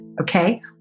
Okay